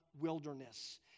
wilderness